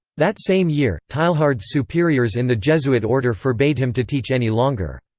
that same year, teilhard's superiors in the jesuit order forbade him to teach any longer.